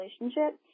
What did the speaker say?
relationship